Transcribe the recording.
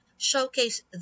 Showcase